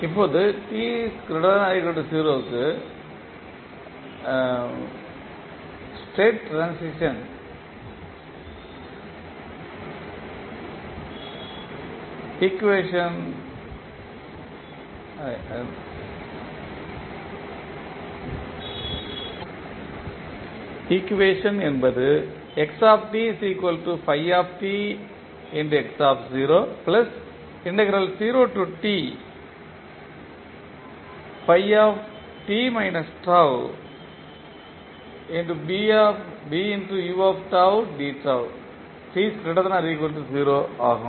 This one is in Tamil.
இப்போது க்கு ஸ்டேட் ட்ரான்சிஷன் ஈக்குவேஷன்டு என்பது ஆகும்